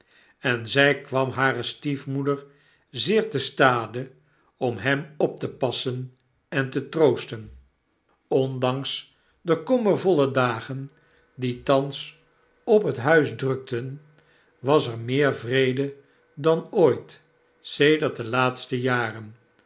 en zg kwam hare stiefmoeder zeer te stade omhem op te passen en te troosten ondanks de kommervolle dagen die thans op het huis drukten was er meer vrede dan ooit sedert de laatste jaren